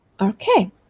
Okay